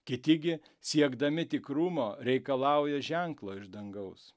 kiti gi siekdami tikrumo reikalauja ženklo iš dangaus